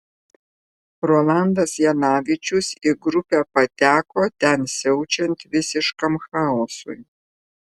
rolandas janavičius į grupę pateko ten siaučiant visiškam chaosui